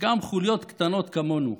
וגם חוליות קטנות כמונו?